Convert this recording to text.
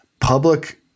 public